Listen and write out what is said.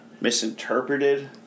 misinterpreted